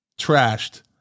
trashed